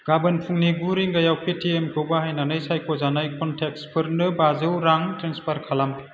गाबोन फुंनि गु रिंगायाव पेटिएमखौ बाहायनानै सायख'जानाय कनटेक्टसफोरनो बाजौ रां ट्रेन्सफार खालाम